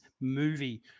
movie